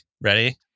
ready